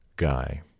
guy